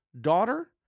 daughter